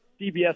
CBS